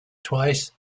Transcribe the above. twice